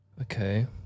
Okay